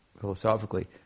philosophically